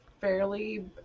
fairly